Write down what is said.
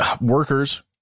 workers